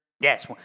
Yes